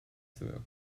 through